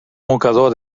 mocador